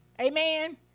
Amen